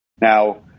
Now